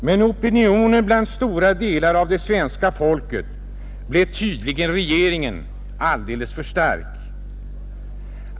Men opinionen inom stora delar av det svenska folket blev tydligen regeringen alltför stark.